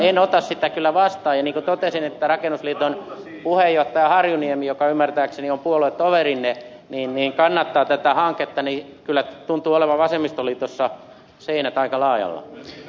en ota sitä kyllä vastaan ja niin kuin totesin että rakennusliiton puheenjohtaja harjuniemi joka ymmärtääkseni on puoluetoverinne kannattaa tätä hanketta niin kyllä tuntuu olevan vasemmistoliitossa seinät aika laajalla